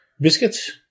biscuits